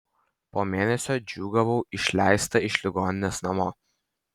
po mėnesio džiūgavau išleista iš ligoninės namo